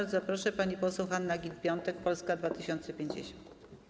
Bardzo proszę, pani poseł Hanna Gill-Piątek, Polska 2050.